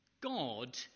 God